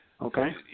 okay